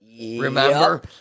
Remember